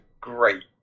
great